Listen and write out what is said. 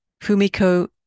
Fumiko